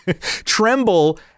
Tremble